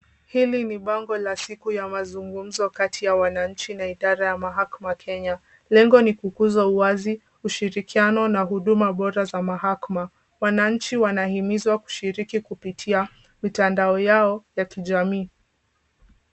Hili ni bango la siku ya mazungumzo kati ya wananchi na idara ya mahakama kenya. Lengo ni kukuza uwazi, ushirikiano na huduma bora za mahakama. Wananchi wanahimizwa kushiriki kupitia mitandao yao ya kijamii.